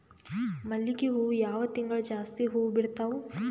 ಮಲ್ಲಿಗಿ ಹೂವು ಯಾವ ತಿಂಗಳು ಜಾಸ್ತಿ ಹೂವು ಬಿಡ್ತಾವು?